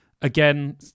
again